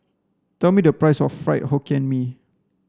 tell me the price of fried hokkien mee